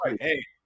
Hey